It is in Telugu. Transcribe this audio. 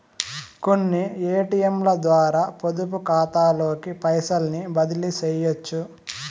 కొన్ని ఏటియంలద్వారా పొదుపుకాతాలోకి పైసల్ని బదిలీసెయ్యొచ్చు